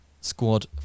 squad